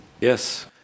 Yes